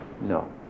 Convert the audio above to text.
No